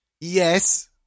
Yes